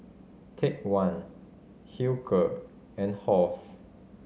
Take One Hilker and Halls